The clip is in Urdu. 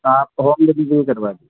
آپ ہوم ڈیلیوری کروا دیجیے